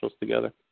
together